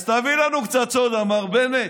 אז תביא לנו קצת סודה, מר בנט,